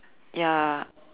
ya